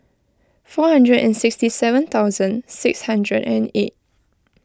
four hundred and sixty seven thousand six hundred and eight